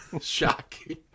Shocking